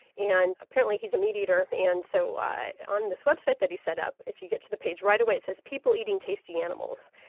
and apparently he's a meat eater, and so on this website that he set up, if you get to the page, right away it says people eating tasty animals,